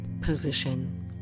position